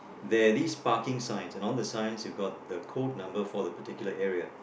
there're these parking signs and on the signs you've got the code number for the particular area